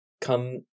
come